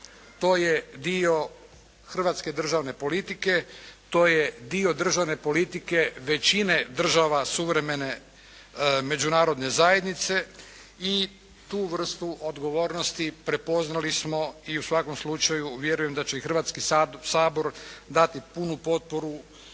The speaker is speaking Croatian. To je dio hrvatske državne politike. To je dio državne politike većine država suvremene Međunarodne zajednice i tu vrstu odgovornosti prepoznali smo i u svakom slučaju vjerujem da će i Hrvatski sabor dati punu potporu